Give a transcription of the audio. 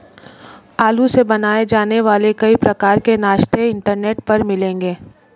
आलू से बनाए जाने वाले कई प्रकार के नाश्ते इंटरनेट पर मिलेंगे